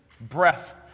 breath